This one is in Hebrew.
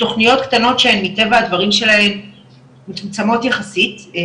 תוכניות קטנות שהן מטבע הדברים שלהן מצומצמות יחסיות,